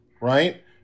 Right